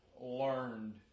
learned